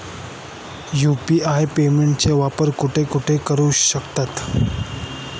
UPI पेमेंटचा वापर कुठे कुठे करू शकतो?